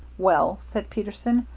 well, said peterson,